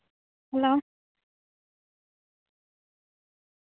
hello